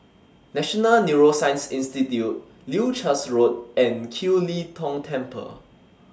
National Neuroscience Institute Leuchars Road and Kiew Lee Tong Temple